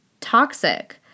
toxic